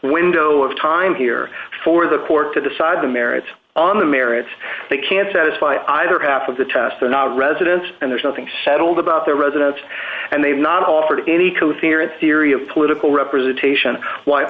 window of time here for the court to decide the merits on the merits they can satisfy either half of the test or not residents and there's nothing settled about their residence and they have not offered any coherent theory of political representation